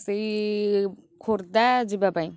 ସେଇ ଖୋର୍ଦ୍ଧା ଯିବା ପାଇଁ